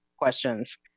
questions